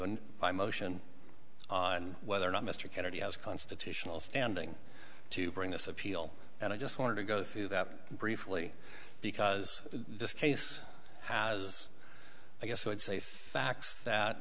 and a motion on whether or not mr kennedy has constitutional standing to bring this appeal and i just wanted to go through that briefly because this case has i guess i would say facts that